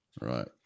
Right